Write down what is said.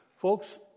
Folks